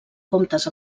comptes